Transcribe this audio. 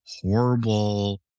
horrible